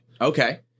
Okay